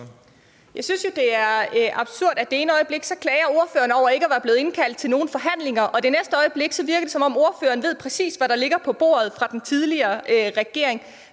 Jeg synes, det er absurd, at i det ene øjeblik klager hr. Christian Rabjerg Madsen over ikke at være blevet indkaldt til forhandlinger, og i det næste øjeblik virker det, som om hr. Christian Rabjerg Madsen præcis ved, hvad der ligger på bordet fra den tidligere regering.